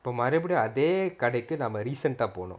மறுபடியும் அதே கடைக்கு:marupadiyum athae kadaikku recent ah போனோம்:ponom